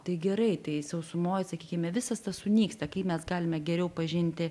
tai gerai tai sausumoj sakykime visas tas sunyksta kaip mes galime geriau pažinti